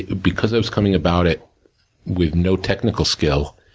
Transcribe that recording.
because i was coming about it with no technical skill,